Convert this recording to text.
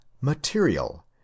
material